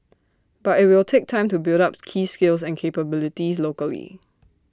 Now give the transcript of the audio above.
but IT will take time to build up key skills and capabilities locally